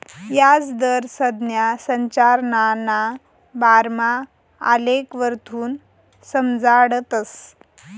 याजदर संज्ञा संरचनाना बारामा आलेखवरथून समजाडतस